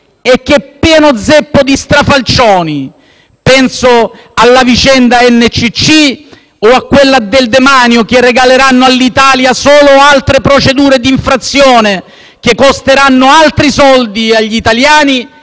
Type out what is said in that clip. e che è pieno zeppo di strafalcioni. Penso alle vicende degli NCC e del demanio, che regaleranno all'Italia solo altre procedure di infrazione, che costeranno altri soldi agli italiani